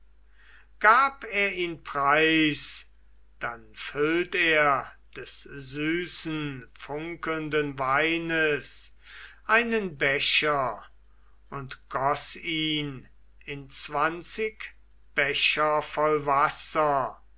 gab er ihn preis dann füllt er des süßen funkelnden weines einen becher und goß ihn in zwanzig becher voll wasser